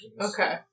Okay